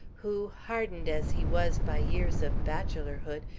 who, hardened as he was by years of bachelorhood,